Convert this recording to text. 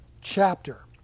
chapter